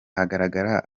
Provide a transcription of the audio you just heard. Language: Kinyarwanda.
hagarara